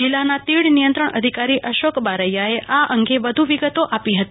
જિલ્લાનાં તીડ નિયંત્રણ અધિકારી અશોક બારૈયાએ આ અંગે વધુ વિગત આપી હતી